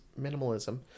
minimalism